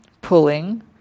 pulling